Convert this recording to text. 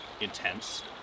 intense